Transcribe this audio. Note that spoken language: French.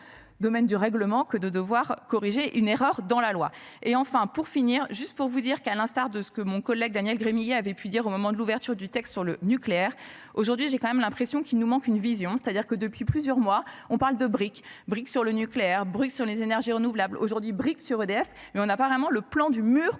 que de devoir corriger une erreur dans la loi et enfin pour finir, juste pour vous dire qu'à l'instar de ce que mon collègue Daniel Gremillet avait pu dire au moment de l'ouverture du texte sur le nucléaire, aujourd'hui, j'ai quand même l'impression qu'il nous manque une vision. C'est-à-dire que depuis plusieurs mois on parle de bric brics sur le nucléaire brut sur les énergies renouvelables aujourd'hui brique sur EDF et on apparemment le plan du mur